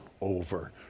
over